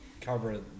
cover